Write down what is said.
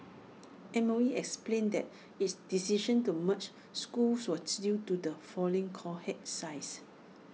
M O E explained that its decision to merge schools was due to the falling cohort sizes